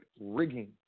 rigging